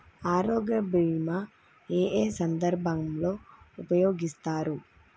ఆరోగ్య బీమా ఏ ఏ సందర్భంలో ఉపయోగిస్తారు?